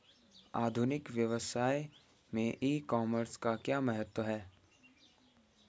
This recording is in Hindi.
आधुनिक व्यवसाय में ई कॉमर्स का क्या महत्व है?